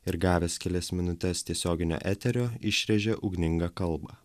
ir gavęs kelias minutes tiesioginio eterio išrėžė ugningą kalbą